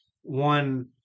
one